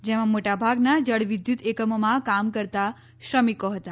જેમાં મોટાભાગના જળ વિદ્યત એકમમાં કામ કરતા શ્રમિકો હતા